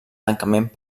tancament